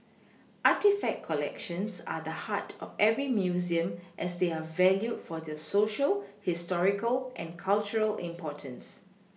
artefact collections are the heart of every Museum as they are valued for their Social historical and cultural importance